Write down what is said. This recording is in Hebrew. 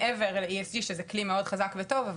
מעבר ל-ESG שזה כלי מאוד חזק וטוב,